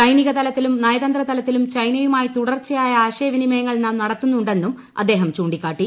സൈനിക തലത്തിലും നയതന്ത്ര തലത്തിലും ചൈനയുമായി തുടർച്ചയായ ആശയവിനിമയങ്ങൾ നാം നടത്തുന്നുണ്ടെന്നും അദ്ദേഹം ചൂണ്ടിക്കാട്ടി